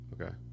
Okay